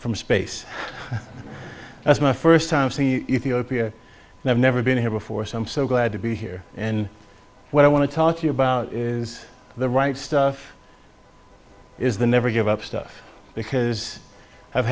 from space that's my first time see if you know people who have never been here before so i'm so glad to be here and what i want to talk to you about is the right stuff is the never give up stuff because i've